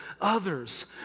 others